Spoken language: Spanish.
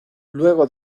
luego